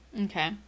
Okay